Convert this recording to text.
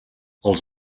els